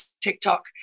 TikTok